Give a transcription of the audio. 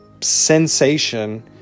sensation